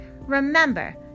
Remember